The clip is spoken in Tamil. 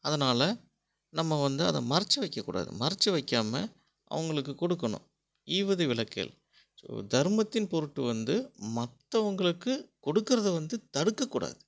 அதனால் நம்ம வந்து அதை மறைச்சு வைக்கக் கூடாது மறைச்சு வைக்காமல் அவங்களுக்கு கொடுக்கணும் ஈவது விலக்கேல் ஸோ தருமத்தின் பொருட்டு வந்து மற்றவங்களுக்கு கொடுக்குறத வந்து தடுக்கக் கூடாது